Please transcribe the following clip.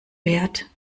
wert